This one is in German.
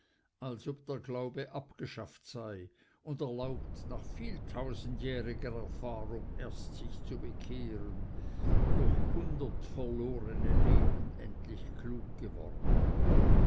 als ob der glaube abgeschafft sei und erlaubt nach vieltausendjähriger erfahrung erst sich zu bekehren durch hundert verlorne leben endlich klug geworden